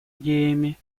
идеями